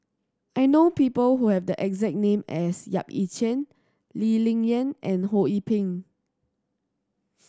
I know people who have the exact name as Yap Ee Chian Lee Ling Yen and Ho Yee Ping